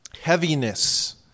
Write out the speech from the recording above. heaviness